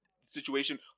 situation